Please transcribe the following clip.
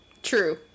True